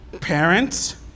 Parents